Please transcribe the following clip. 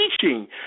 teaching